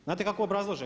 Znate kako obrazlože?